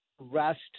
rest